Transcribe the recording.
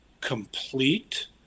complete